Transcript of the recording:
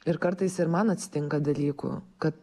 ir kartais ir man atsitinka dalykų kad